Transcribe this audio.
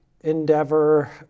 endeavor